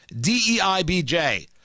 DEI-BJ